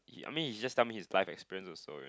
I mean he just tell me his life experience also